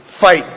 fight